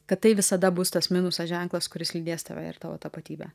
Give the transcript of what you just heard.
kad tai visada bus tas minuso ženklas kuris lydės tave ir tavo tapatybę